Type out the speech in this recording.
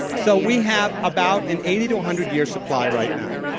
so, we have about an eighty to one hundred year supply right now.